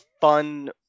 fun